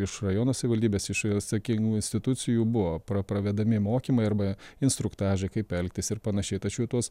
iš rajono savivaldybės iš atsakingų institucijų buvo pra pravedami mokymai arba instruktažai kaip elgtis ir panašiai tačiau į tuos